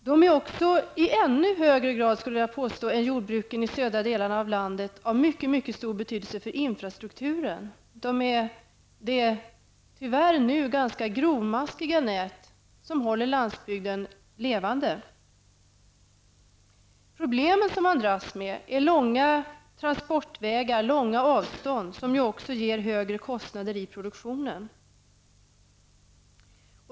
De är också i mycket högre grad än jordbruken i de södra delarna av landet av mycket stor betydelse för infrastrukturen, skulle jag vilja påstå. De är det nu tyvärr ganska grovmaskiga nät som håller landsbygden levande. De problem som man dras med är långa transportvägar och långa avstånd, som också ger högre kostnader i produktionen.